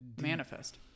manifest